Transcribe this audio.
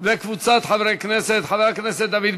וקבוצת חברי הכנסת.